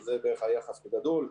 אז זה בערך היחס בגדול.